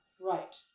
Right